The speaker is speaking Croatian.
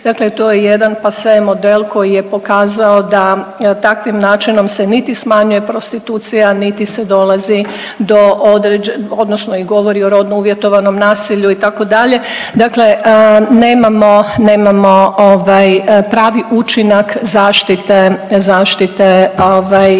dakle to je jedan pase model koji je pokazao da takvim načinom se niti smanjuje prostitucija niti se dolazi do određen odnosno i govori o rodno uvjetovanom nasilju itd., dakle nemamo pravi učinak zaštite i rekla